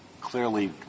clearly